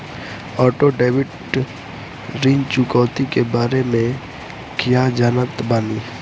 Auto debit ऋण चुकौती के बारे में कया जानत बानी?